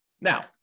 Now